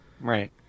Right